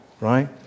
Right